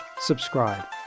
subscribe